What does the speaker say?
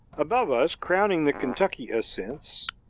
above us, crowning the kentucky ascents,